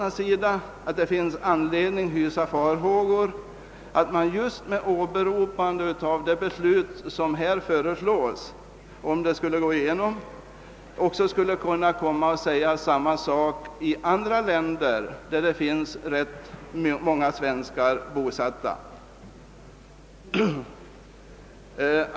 bifall till förslaget skulle ge anledning till farhågor för att liknande framställningar skulle komma att göras i fråga om andra länder där rätt många svenskar är bosatta.